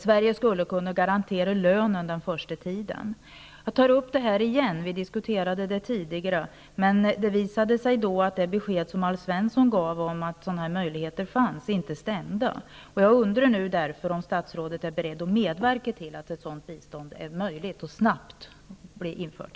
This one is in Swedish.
Sverige skulle kunna garantera lönen under den första tiden. Jag tar upp saken igen; vi diskuterade den tidigare, men det visade sig att det besked som Alf Svensson då gav att sådana här möjligheter fanns inte stämde. Jag undrar därför om statsrådet är beredd att medverka till att ett sådant bistånd blir möjligt att ge och kan ges snabbt.